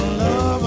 love